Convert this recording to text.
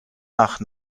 nach